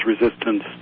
resistance